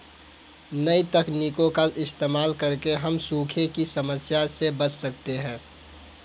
नई तकनीकों का इस्तेमाल करके हम सूखे की समस्या से बच सकते है